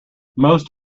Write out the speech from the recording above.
most